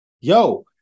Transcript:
Yo